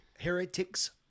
Heretic's